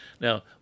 Now